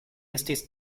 estis